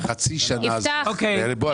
מה